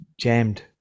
jammed